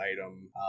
item